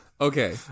Okay